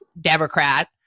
Democrat